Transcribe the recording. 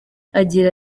agira